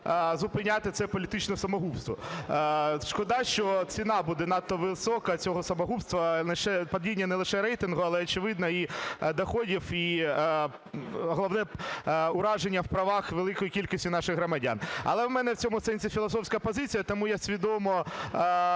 зупиняти це політичне самогубство. Шкода, що ціна буде надто висока цього самогубства: падіння не лише рейтингу, але, очевидно, і доходів, і головне – враження в правах великої кількості наших громадян. Але в мене в цьому сенсі філософська позиція, тому я свідомо